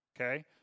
okay